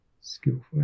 skillful